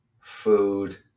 food